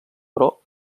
però